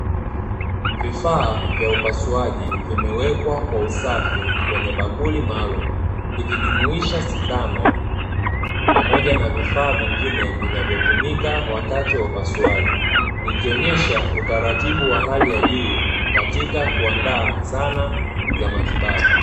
Vifaa vya upasuaji vimewekwa kwa usafi kwenye bakuli maalumu, ikijumuisha sindano pamoja na vifaa vingine vinavyotumika wakati wa upasuaji. Ikionyesha utaratibu wa hali ya juu katika kuandaa zana za matibabu.